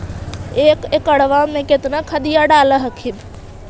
एक एकड़बा मे कितना खदिया डाल हखिन?